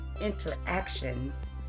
interactions